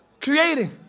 creating